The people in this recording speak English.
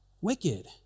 wicked